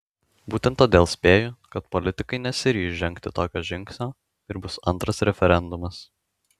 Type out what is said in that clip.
būtent todėl spėju kad politikai nesiryš žengti tokio žingsnio ir bus antras referendumas